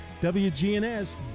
WGNS